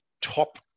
top